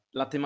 la